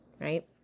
right